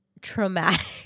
traumatic